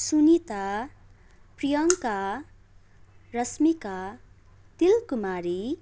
Sunita Priyanka Rashmika Dilkumari